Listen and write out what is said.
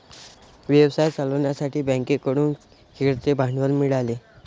व्यवसाय चालवण्यासाठी बँकेकडून खेळते भांडवल मिळाले